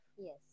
Yes